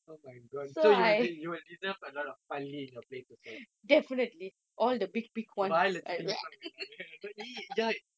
oh my god so you will you will deserve a lot of பல்லி:palli in your plates also வாயிலே வச்சிட்டு:vayilae vaithuttu !ee! !yuck!